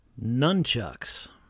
Nunchucks